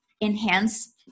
enhance